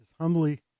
humbly